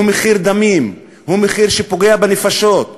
הוא מחיר דמים, הוא מחיר שפוגע בנפשות,